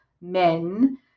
men